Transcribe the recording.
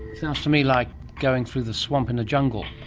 sounds to me like going through the swamp in a jungle.